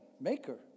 maker